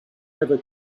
never